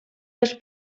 dels